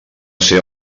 ser